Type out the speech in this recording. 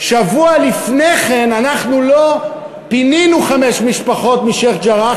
שבוע לפני כן אנחנו לא פינינו חמש משפחות משיח'-ג'ראח,